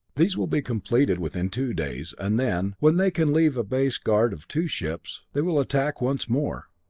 these will be completed within two days, and then, when they can leave a base guard of two ships, they will attack once more.